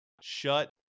shut